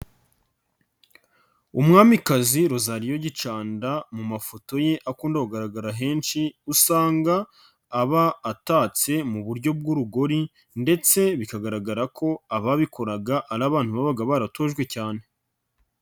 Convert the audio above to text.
Umwamikazi Rosaliya Gicanda mu mafoto ye akunda kugaragara henshi, usanga aba atatse mu buryo bw'urugori ndetse bikagaragara ko ababikoraga ari abantu babaga baratojwe cyane.